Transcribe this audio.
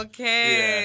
Okay